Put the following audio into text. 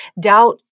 doubt